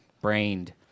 Brained